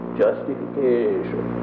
justification